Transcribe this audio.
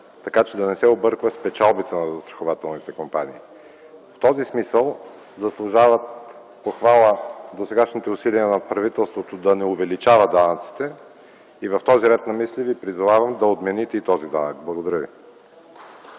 ред, за да не се обърква с печалбите на застрахователните компании. В този смисъл заслужават похвала досегашните усилия на правителството да не увеличава данъците. В този ред на мисли ви призовавам да отмените и този данък. Благодаря.